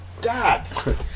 dad